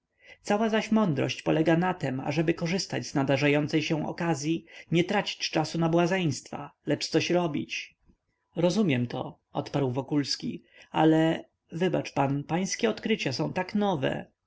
cała zaś mądrość polega na tem ażeby korzystać z nadarzającej się okazyi nie tracić czasu na błazeństwa lecz coś zrobić rozumiem to odparł wokulski ale wybacz pan pańskie odkrycia są tak nowe